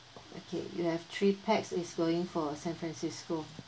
okay you have three pax is going for san francisco